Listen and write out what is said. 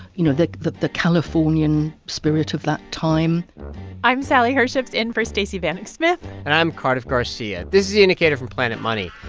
you know, the the californian spirit of that time i'm sally herships, in for stacey vanek smith and i'm cardiff garcia. this is the indicator from planet money.